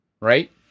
right